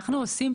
אנחנו עושים,